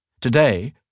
Today